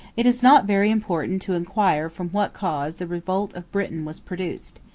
it is not very important to inquire from what cause the revolt of britain was produced.